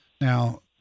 Now